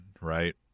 right